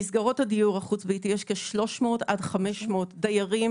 במסגרות הדיור החוץ ביתי יש כ-300 עד 500 דיירים,